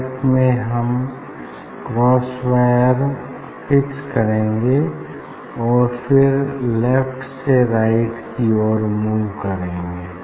left में हम cross wire fix करेंगे और फिर हम लेफ्ट से राइट की ओर मूव करेंगे